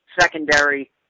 secondary